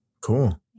Cool